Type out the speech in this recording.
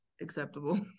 acceptable